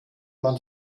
man